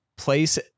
place